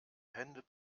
hände